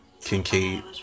Kincaid